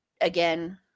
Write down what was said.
again